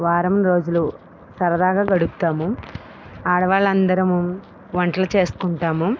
వారం రోజులు సరదాగా గడుపుతాము ఆడవాళ్ళు అందరం వంటలు చేసుకుంటాము